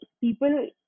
people